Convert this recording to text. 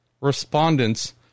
respondents